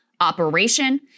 operation